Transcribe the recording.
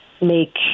make